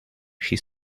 she